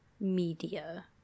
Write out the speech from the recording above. media